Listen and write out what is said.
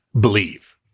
believe